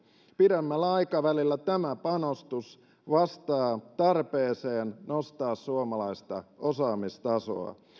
pidemmällä aikavälillä tämä panostus vastaa tarpeeseen nostaa suomalaista osaamistasoa